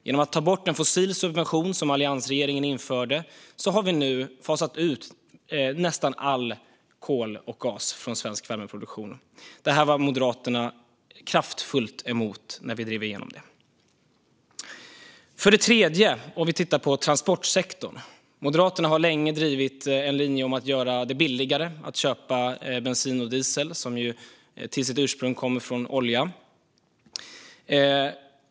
Genom att ta bort den subvention för fossila bränslen som alliansregeringen införde har vi nu fasat ut nästan all kol och gas från svensk värmeproduktion. Detta var Moderaterna kraftigt emot när vi drev igenom det. För det tredje kan vi titta på transportsektorn. Moderaterna har länge drivit en linje som går ut på att göra det billigare att köpa bensin och diesel, som ju har sitt ursprung i olja.